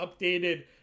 updated